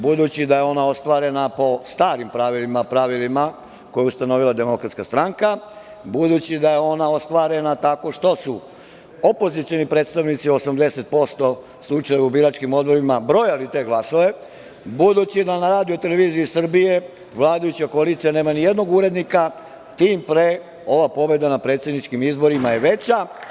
Budući da je ona ostvarena po starim pravilima, pravilima koje je ustanovila DS, budući da je ona ostvarena tako što su opozicioni predstavnici u 80% slučajeva u biračkim odborima brojali te glasove, budući da na RTS-u vladajuća koalicija nema nijednog urednika, tim pre je ova pobeda na predsedničkim izborima veća.